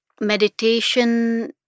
meditation